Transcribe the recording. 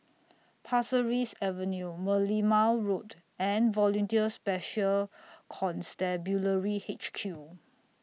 Pasir Ris Avenue Merlimau Road and Volunteer Special Constabulary H Q